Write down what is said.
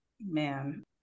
Man